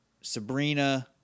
Sabrina